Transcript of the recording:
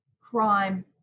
crime